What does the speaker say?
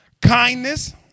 Kindness